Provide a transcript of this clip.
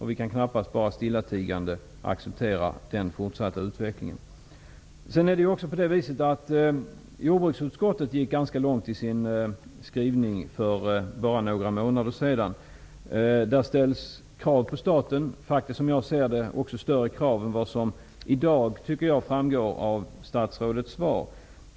Vi kan knappast stillatigande acceptera den fortsatta utvecklingen. Jordbruksutskottet gick ganska långt i sin skrivning för bara några månader sedan. Där ställs krav på staten. Som jag ser det ställs det faktiskt större krav där än vad som i dag framgår av statsrådets svar.